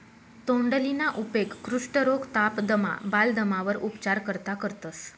तोंडलीना उपेग कुष्ठरोग, ताप, दमा, बालदमावर उपचार करता करतंस